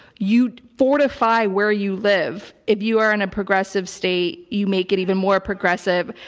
you fortify where you live. if you are in a progressive state, you make it even more progressive.